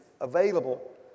available